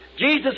Jesus